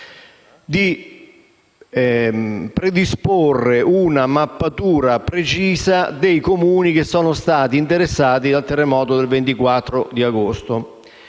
di predisporre una mappatura precisa dei Comuni che sono stati interessati dal terremoto del 24 agosto.